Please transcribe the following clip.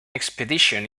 expedition